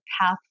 path